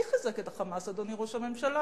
מי חיזק את ה"חמאס", אדוני ראש הממשלה?